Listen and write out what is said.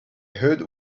heard